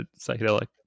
psychedelic